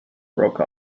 broke